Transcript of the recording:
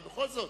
אבל בכל זאת,